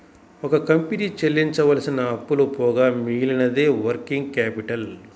ఒక కంపెనీ చెల్లించవలసిన అప్పులు పోగా మిగిలినదే వర్కింగ్ క్యాపిటల్